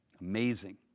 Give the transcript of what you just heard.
Amazing